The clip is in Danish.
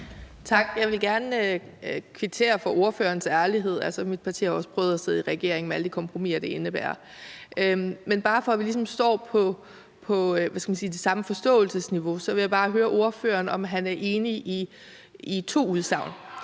Tak. Jeg vil gerne kvittere for ordførerens ærlighed. Mit parti har også prøvet at sidde i regering med alle de kompromiser, det indebærer. Men bare for at vi ligesom står på, hvad skal man sige, det samme forståelsesniveau, vil jeg høre ordføreren, om han er enig i to udsagn.